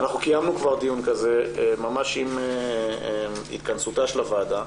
אנחנו קיימנו כבר דיון כזה ממש עם התכנסותה של הוועדה.